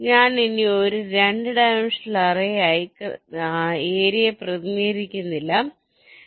ഞാൻ ഇനി ഒരു 2 ഡൈമൻഷണൽ അറേ ആയി ഏരിയയെ പ്രതിനിധീകരിക്കുന്നില്ല